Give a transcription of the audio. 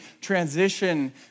transition